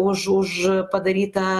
už už padarytą